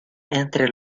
entre